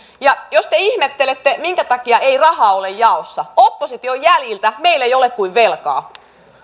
jos te ihmettelette minkä takia ei rahaa ole jaossa opposition jäljiltä meillä ei ole kuin velkaa